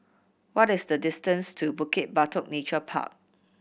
what is the distance to Bukit Batok Nature Park